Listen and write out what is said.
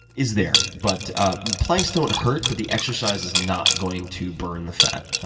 is there. but ah planks don't hurt, but the exercise is not going to burn the fat.